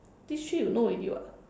this three you know already [what]